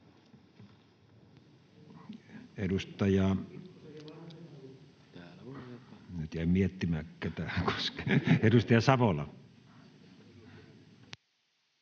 Edustaja Savola.